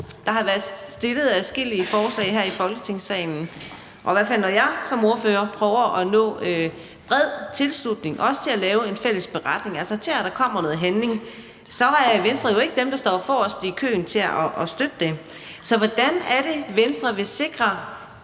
Der har været stillet adskillige forslag her i Folketingssalen, og når jeg i hvert fald som ordfører har prøvet at opnå bred tilslutning, også til at lave en fælles beretning, altså til, at der kommer noget handling, så har Venstre jo ikke været dem, der har stået forrest i køen til at støtte det. Så hvordan er det, Venstre vil sikre